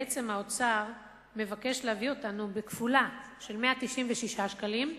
בעצם האוצר מבקש להביא אותנו בכפולה של 196 שקלים,